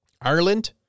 Ireland